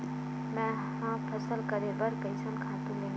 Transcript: मैं ह फसल करे बर कइसन खातु लेवां?